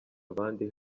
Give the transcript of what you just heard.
abandi